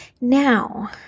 Now